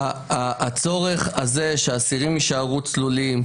הצורך הזה שהאסירים יישארו צלולים,